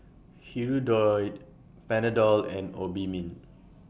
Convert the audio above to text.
Hirudoid Panadol and Obimin